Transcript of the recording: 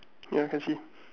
ya can see